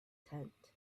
tent